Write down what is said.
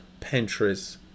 Pinterest